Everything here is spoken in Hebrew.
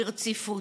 ברציפות.